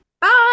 Bye